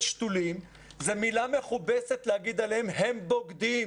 שתולים זאת דרך מכובסת להגיד עליהם שהם בוגדים.